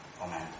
Amen